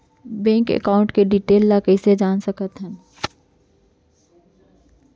Bank account के detail ल कइसे जान सकथन?